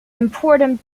important